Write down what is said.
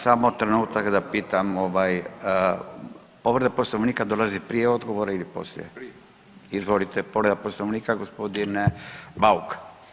Samo trenutak da pitam povreda Poslovnika dolazi prije odgovora ili poslije? [[Upadica Bukarica: Prije.]] Izvolite, povreda Poslovnika gospodin Bauk.